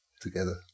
together